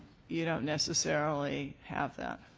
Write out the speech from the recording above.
you don't necessarily have that.